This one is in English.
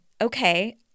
okay